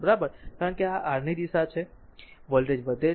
તેથી કારણ કે આ r ની દિશામાં છે વોલ્ટેજ વધે છે